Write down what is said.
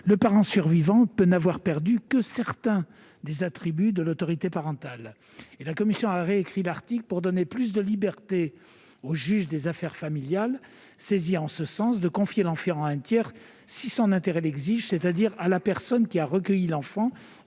le parent survivant peut n'avoir perdu que certains des attributs de l'autorité parentale. La commission a donc réécrit l'article pour donner plus de liberté au juge aux affaires familiales qui aura été saisi, afin qu'il puisse confier l'enfant à un tiers si son intérêt l'exige, c'est-à-dire à la personne qui a recueilli l'enfant